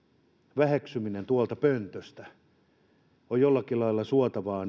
väheksyminen tuolta pöntöstä on jollakin lailla suotavaa